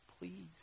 please